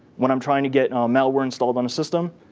when i'm trying to get malware installed on a system,